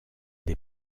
des